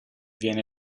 viene